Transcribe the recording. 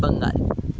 Bengal